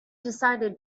decided